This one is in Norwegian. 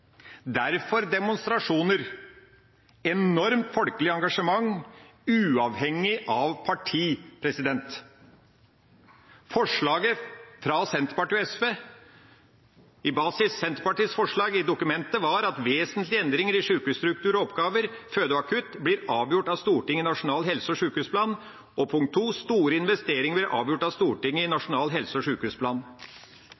Derfor er det demonstrasjoner og enormt folkelig engasjement uavhengig av parti. Forslaget fra Senterpartiet og SV – i basis Senterpartiets forslag – i dokumentet var at vesentlige endringer i sykehusstruktur og oppgaver, føde- og akuttilbud, blir avgjort av Stortinget i nasjonal helse- og sykehusplan. Og punkt to: Store investeringer blir avgjort av Stortinget i